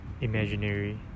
imaginary